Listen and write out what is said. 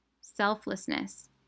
selflessness